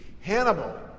Hannibal